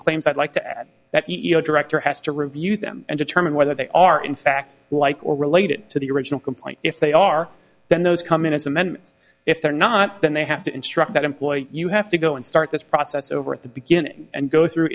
claims i'd like to add that you know director has to review them and determine whether they are in fact like or related to the original complaint if they are then those come in as amendments if they're not then they have to instruct that employ you have to go and start this process over at the beginning and go through